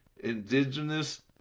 Indigenous